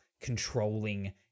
controlling